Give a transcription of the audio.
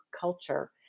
culture